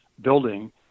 building